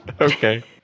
Okay